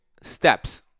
steps